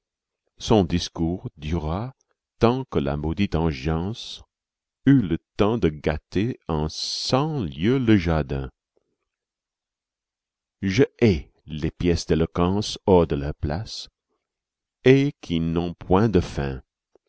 son discours dura tant que la maudite engeance eut le temps de gâter en cent lieux le jardin je hais les pièces d'éloquence hors de leur place et qui n'ont point de fin